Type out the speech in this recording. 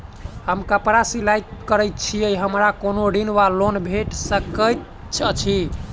हम कापड़ सिलाई करै छीयै हमरा कोनो ऋण वा लोन भेट सकैत अछि?